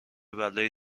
بلایی